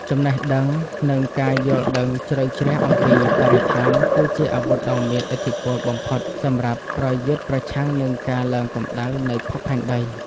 ចំណេះដឹងនិងការយល់ដឹងជ្រៅជ្រះអំពីបរិស្ថានគឺជាអាវុធដ៏មានឥទ្ធិពលបំផុតសម្រាប់ប្រយុទ្ធប្រឆាំងនឹងការឡើងកម្ដៅនៃភពផែនដី។